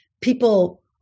people